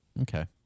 Okay